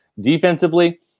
Defensively